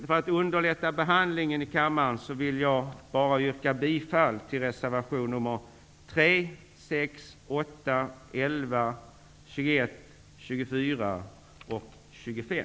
För att underlätta behandlingen i kammaren vill jag bara yrka bifall till reservationerna 3, 6, 8, 11, 21, 24 och 25.